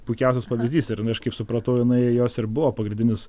puikiausias pavyzdys ir jinai aš kaip supratau jinai jos ir buvo pagrindinis